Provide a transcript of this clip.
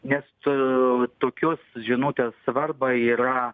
nes tu tokios žinutės svarbą yra